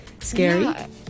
scary